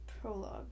Prologue